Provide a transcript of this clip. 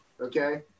okay